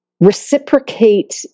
reciprocate